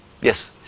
Yes